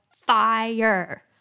fire